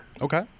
Okay